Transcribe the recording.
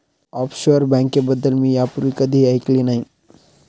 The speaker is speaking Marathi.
ऑफशोअर बँकेबद्दल मी यापूर्वी कधीही ऐकले नाही